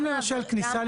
גם למשל כניסה,